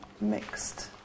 mixed